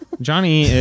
Johnny